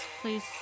Please